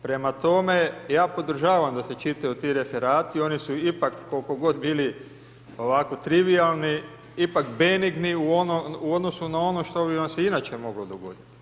Prema tome, ja podržavam da se čitaju ti referati oni su ipak koliko god bili ovako trivijalni ipak benigni u odnosu na ono što bi vam se inače moglo dogoditi.